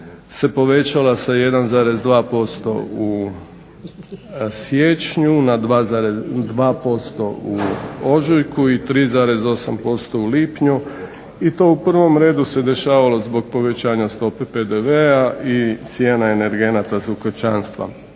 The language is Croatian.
se povećala sa 1,2% u siječnju na 2,2% i 3,8% u lipnju i to u prvom redu se dešavalo zbog povećanja stope PDV-a i cijene energenata kućanstva.